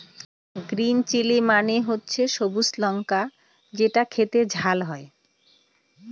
green chilli মানে হচ্ছে সবুজ লঙ্কা যেটা খেতে ঝাল হয়